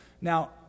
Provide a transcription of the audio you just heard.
Now